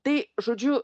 tai žodžiu